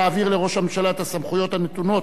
להעביר לראש הממשלה את הסמכויות הנתונות